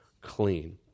clean